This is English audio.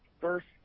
First